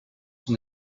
son